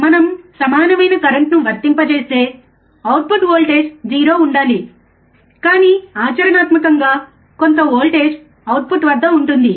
మనం సమానమైన కరెంట్ను వర్తింపజేస్తే అవుట్పుట్ వోల్టేజ్ 0 ఉండాలి కానీ ఆచరణాత్మకంగా కొంత వోల్టేజ్ అవుట్పుట్ వద్ద ఉంటుంది